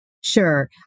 Sure